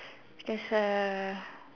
there's a